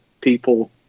people